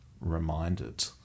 reminded